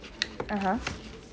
(uh huh)